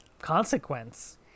consequence